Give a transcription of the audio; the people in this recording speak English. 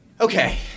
Okay